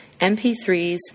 mp3s